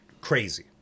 Crazy